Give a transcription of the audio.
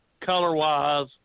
color-wise